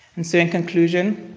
and so in conclusion,